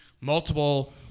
Multiple